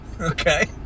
Okay